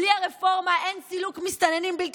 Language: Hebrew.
בלי הרפורמה אין סילוק מסתננים בלתי